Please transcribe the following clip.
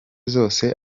zose